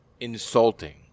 insulting